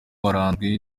waranzwe